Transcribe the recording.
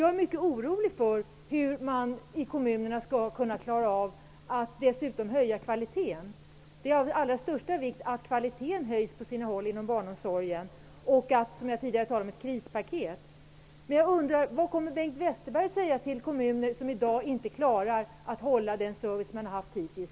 Jag är mycket orolig för hur man i kommunerna skall kunna klara av att dessutom höja kvaliteten. Det är av allra största vikt att kvaliteten höjs på sina håll inom barnomsorgen, och jag talade ju tidigare också om ett krispaket. Vad kommer Bengt Westerberg att säga till kommuner som i dag inte klarar att hålla den service man har haft hittills?